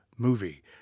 movie